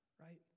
right